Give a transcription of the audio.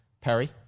Perry